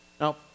Now